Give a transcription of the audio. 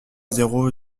zéro